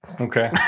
Okay